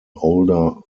older